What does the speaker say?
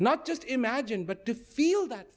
not just imagine but to feel that